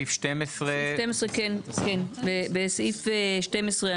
סעיף 12. בסעיף 12,